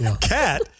Cat